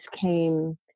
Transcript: came